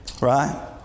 Right